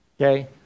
Okay